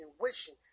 wishing